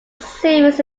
series